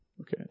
Okay